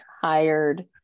hired